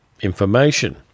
information